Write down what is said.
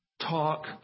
talk